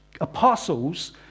apostles